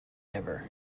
never